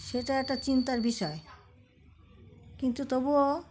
সেটা একটা চিন্তার বিষয় কিন্তু তবুও